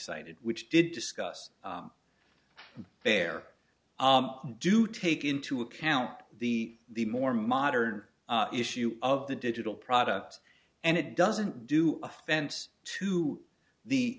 cited which did discuss fair do take into account the the more modern issue of the digital products and it doesn't do offense to the